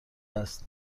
است